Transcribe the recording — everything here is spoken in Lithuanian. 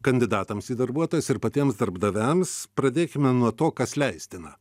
kandidatams į darbuotojus ir patiems darbdaviams pradėkime nuo to kas leistina